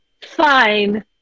fine